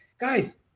guys